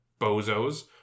bozos